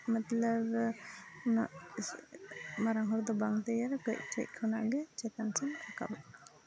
ᱢᱚᱛᱞᱚᱵ ᱢᱟᱨᱟᱝ ᱦᱚᱲ ᱫᱚ ᱵᱟᱝ ᱛᱮᱭᱟᱨᱟ ᱠᱟᱹᱡ ᱠᱟᱹᱡ ᱠᱷᱚᱱᱟᱜᱼᱜᱮ ᱪᱮᱛᱟᱱ ᱥᱮᱫ ᱨᱟᱠᱟᱵᱚᱜᱼᱟ